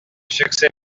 succès